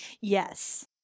Yes